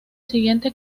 siguiente